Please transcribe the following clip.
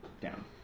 Down